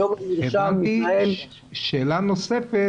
היום מרשם בישראל --- שאלה נוספת,